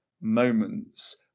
moments